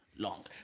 Long